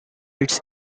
its